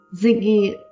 Ziggy